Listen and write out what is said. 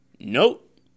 Nope